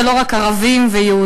זה לא רק ערבים ויהודים,